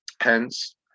Hence